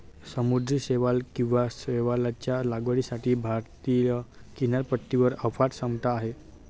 समुद्री शैवाल किंवा शैवालच्या लागवडीसाठी भारतीय किनारपट्टीवर अफाट क्षमता आहे